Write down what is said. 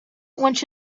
which